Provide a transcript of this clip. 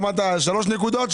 אמרת שלוש נקודות.